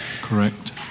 Correct